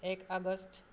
এক আগষ্ট